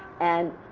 and,